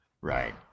Right